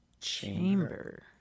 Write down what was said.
Chamber